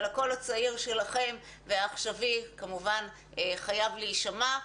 אבל הקול הצעיר שלכם והעכשווי כמובן חייב להישמע.